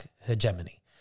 hegemony